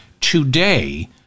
today